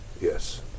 Yes